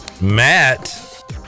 matt